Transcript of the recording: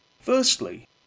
Firstly